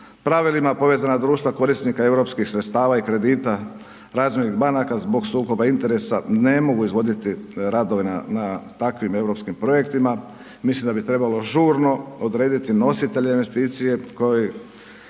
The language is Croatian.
pravilima povezan društva korisnika europskih sredstava i kredita razvojnih banaka zbog sukoba interesa ne mogu izvoditi radove na, na takvim europskim projektima, mislim da bi trebalo žurno odrediti nositelje investicije koji,